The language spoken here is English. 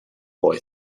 boy